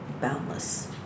boundless